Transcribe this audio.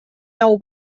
nou